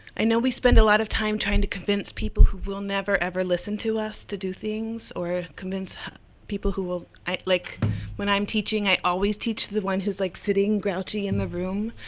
i know we spent a lot of time trying to convince people who will never ever listen to us to do things, or convince people who will. like when i'm teaching, i always teach the one who's like sitting grouchy in the room.